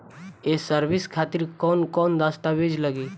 ये सर्विस खातिर कौन कौन दस्तावेज लगी?